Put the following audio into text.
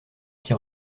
qui